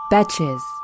Betches